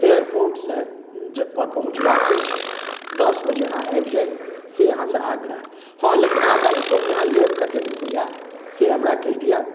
एयरपोर्टसँ पर पहुँचबाक अछि दस बजे अहाँ आबि जाइ से अहाँसँ आग्रह हँ लेकिन अहाँ हमरा ई कहू जे अहाँ हमरा लेब कतेक रूपैआ से हमरा कहि दिअ